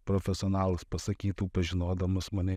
profesionalas pasakytų pažinodamas mane